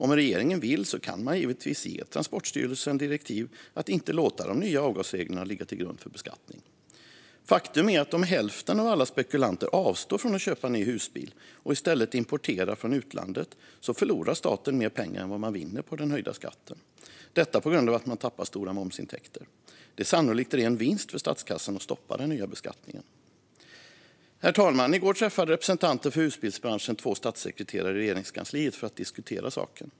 Om regeringen vill kan man givetvis ge Transportstyrelsen direktiv att inte låta de nya avgasreglerna ligga till grund för beskattning. Faktum är att om hälften av alla spekulanter avstår från att köpa ny husbil och i stället importerar från utlandet förlorar staten mer pengar än man vinner på den höjda skatten på grund av att man tappar stora momsintäkter. Det är sannolikt en ren vinst för statskassan att stoppa den nya beskattningen. Herr talman! I går träffade representanter för husbilsbranschen två statssekreterare i Regeringskansliet för att diskutera saken.